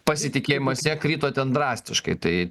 pasitikėjimas ja krito ten drastiškai tai